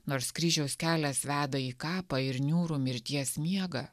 nors kryžiaus kelias veda į kapą ir niūrų mirties miegą